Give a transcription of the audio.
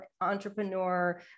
entrepreneur